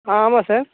ஆ ஆமாம் சார்